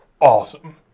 awesome